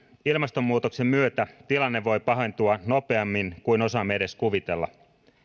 ilmastonmuutoksen myötä tilanne voi pahentua nopeammin kuin osaamme edes kuvitella